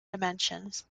dimensions